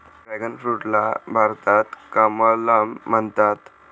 dragon फ्रूटला भारतात कमलम म्हणतात